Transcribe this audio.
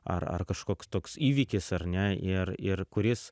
ar ar kažkoks toks įvykis ar ne ir ir kuris